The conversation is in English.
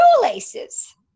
shoelaces